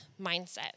mindset